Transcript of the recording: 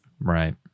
Right